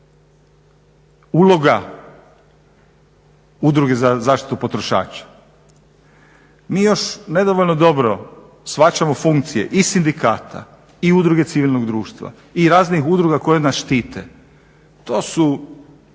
uloga udruge za zaštitu potrošača. Mi još nedovoljno dobro shvaćamo funkcije i sindikata i udruge civilnog društva i raznih udruga koje nas štite, to su